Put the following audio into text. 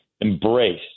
embrace